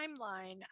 timeline